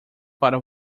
para